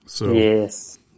Yes